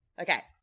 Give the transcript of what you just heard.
okay